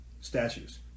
statues